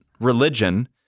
religion